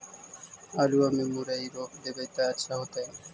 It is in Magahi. आलुआ में मुरई रोप देबई त अच्छा होतई?